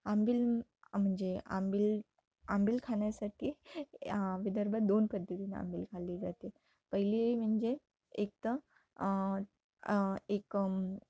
आंबील म्हणजे आंबील आंबील खाण्यासाठी विदर्भात दोन पद्धतीने आंबील खाल्ली जाते पहिली म्हणजे एक तर एक